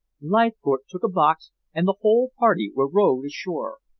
leithcourt took a box and the whole party were rowed ashore.